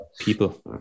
people